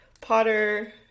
potter